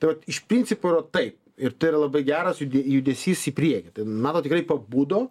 tai vat iš principo yra taip ir yra labai geras judesys į priekį tai nato tikrai pabudo